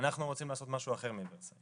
אנחנו רוצים לעשות משהו אחר מוורסאי.